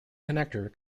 connector